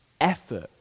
effort